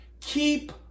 keep